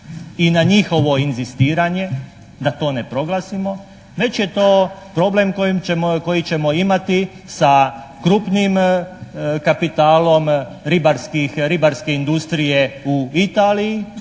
i na njihovo inzistiranje da to ne proglasimo već je to problem koji ćemo imati sa krupnijim kapitalom ribarske industrije u Italiji